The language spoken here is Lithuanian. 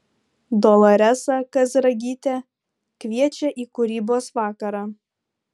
doloresa kazragytė kviečia į kūrybos vakarą